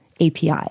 API